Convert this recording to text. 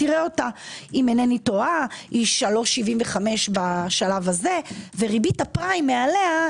אם איני טועה היא 3.75 בשלב הזה וריבית הפריים מעליה,